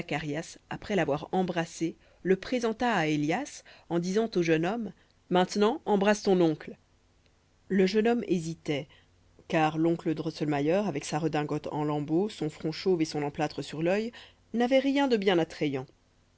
après l'avoir embrassé le présenta à élias en disant au jeune homme maintenant embrasse ton oncle le jeune homme hésitait car l'oncle drosselmayer avec sa redingote en lambeaux son front chauve et son emplâtre sur l'œil n'avait rien de bien attrayant